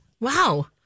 Wow